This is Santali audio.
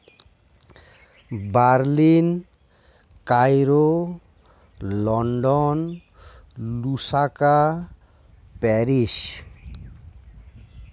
Berlin Cairo London Lusaka Paris